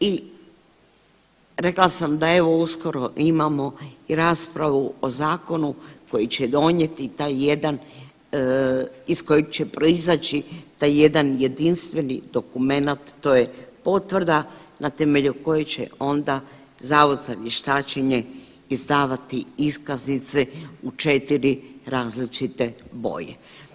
I rekla sam da evo uskoro imamo i raspravu o zakonu koji će donijeti taj jedan iz kojeg će proizaći taj jedan jedinstveni dokumenat, to je potvrda na temelju koje će onda Zavod za vještačenje izdavati iskaznice u četiri različite boje.